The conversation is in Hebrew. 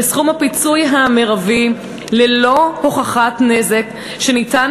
לסכום הפיצוי המרבי ללא הוכחת נזק שאפשר